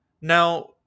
now